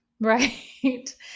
Right